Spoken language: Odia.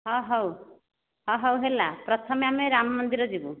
ହଁ ହଉ ହଁ ହଉ ହେଲା ପ୍ରଥମେ ଆମେ ରାମ ମନ୍ଦିର ଯିବୁ